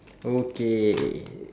okay